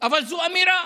אבל זאת אמירה,